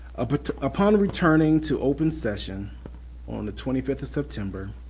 ah but upon returning to open session on the twenty fifth of september,